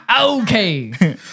Okay